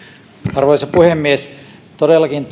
arvoisa puhemies todellakin